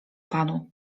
panu